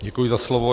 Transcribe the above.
Děkuji za slovo.